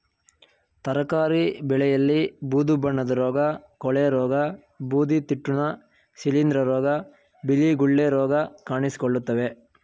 ತರಕಾರಿ ಬೆಳೆಯಲ್ಲಿ ಬೂದು ಬಣ್ಣದ ರೋಗ, ಕೊಳೆರೋಗ, ಬೂದಿತಿಟ್ಟುನ, ಶಿಲಿಂದ್ರ ರೋಗ, ಬಿಳಿ ಗುಳ್ಳೆ ರೋಗ ಕಾಣಿಸಿಕೊಳ್ಳುತ್ತವೆ